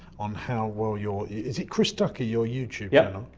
on how well your, is it chris ducker, your youtube yeah